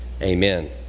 Amen